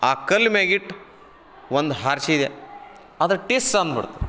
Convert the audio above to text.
ಆ ಕಲ್ಲು ಮ್ಯಾಗಿಟ್ಟು ಒಂದು ಹಾರಿಸಿದೆ ಆದ್ರ ಟಿಸ್ ಅಂದ್ಬಿಡ್ತ